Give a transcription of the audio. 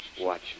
Watch